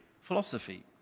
philosophy